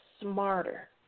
smarter